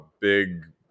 big